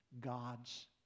God's